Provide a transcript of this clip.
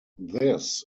this